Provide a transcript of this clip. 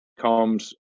comes